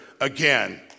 again